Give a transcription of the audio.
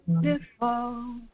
beautiful